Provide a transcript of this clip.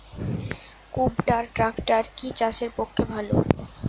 কুবটার ট্রাকটার কি চাষের পক্ষে ভালো?